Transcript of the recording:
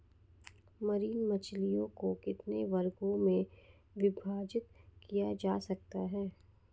Marine मछलियों को कितने वर्गों में विभाजित किया जा सकता है?